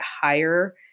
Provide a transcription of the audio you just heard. higher